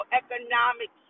economic